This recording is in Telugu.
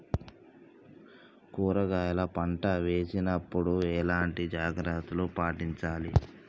కూరగాయల పంట వేసినప్పుడు ఎలాంటి జాగ్రత్తలు పాటించాలి?